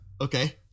Okay